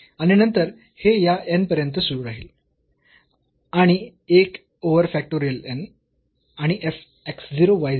आणि नंतर हे या n पर्यंत सुरू राहील आणि एक ओव्हर फॅक्टोरियल n आणि f x 0 y 0